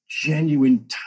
genuine